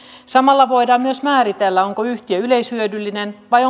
samalla voidaan myös määritellä onko yhtiö yleishyödyllinen vai